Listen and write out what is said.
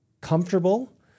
comfortable